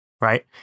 Right